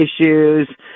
issues